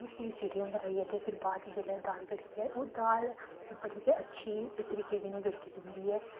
उस्सी सीटियां कराइयै ते फिर बाद च जिल्लै दाल गड़की जाए ओह् दाल बड़ी गै अच्छी तरीके कन्नै गड़की जंदी ऐ